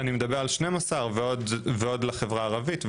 אני מדבר על כ-12 מלגות ועוד לחברה הערבית,